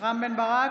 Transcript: רם בן ברק,